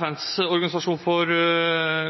FNs organisasjon for